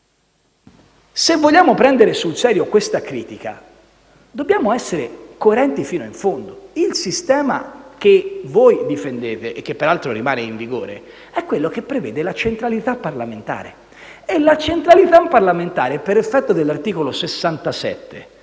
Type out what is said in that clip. se vogliamo prendere sul serio questa critica, dobbiamo essere coerenti fino in fondo: il sistema che voi difendete (e che peraltro rimane in vigore), è quello che prevede la centralità parlamentare e la centralità parlamentare, per effetto dell'articolo 67